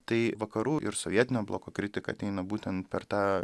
tai vakarų ir sovietinio bloko kritika ateina būtent per tą